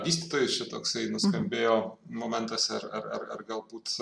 vystytojai čia toksai nuskambėjo momentas ar ar ar galbūt